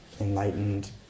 enlightened